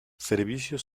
servicios